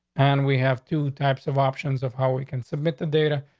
and we have two types of options of how we can submit the data,